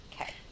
Okay